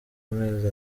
mezi